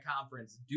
conference